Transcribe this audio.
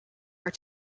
are